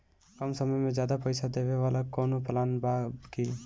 कम समय में ज्यादा पइसा देवे वाला कवनो प्लान बा की?